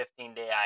15-day